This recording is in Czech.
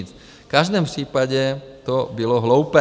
V každém případě to bylo hloupé.